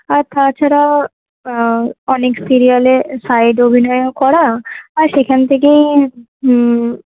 আর তাছাড়াও অনেক সিরিয়ালে সাইড অভিনয়ও করা আর সেখান থেকেই হুম